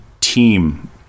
team